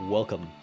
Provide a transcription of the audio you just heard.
Welcome